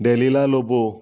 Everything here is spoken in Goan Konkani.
देलिला लोबो